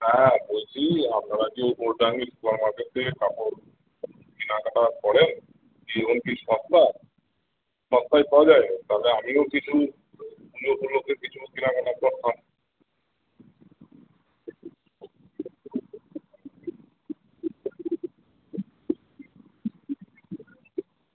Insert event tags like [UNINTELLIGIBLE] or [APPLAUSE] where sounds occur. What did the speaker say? হ্যাঁ বলছি আপনারা যে [UNINTELLIGIBLE] খোয়া মার্কেটে কাপড় কেনাকাটা করেন সেইগুলো কি সস্তা সস্তায় পাওয়া যায় তাহলে আমিও কিছু বিয়ে উপলক্ষ্যে কিছু কেনাকাটা করতাম